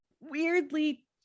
weirdly